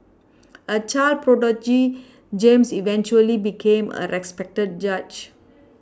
a child prodigy James eventually became a respected judge